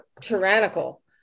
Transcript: tyrannical